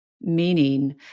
meaning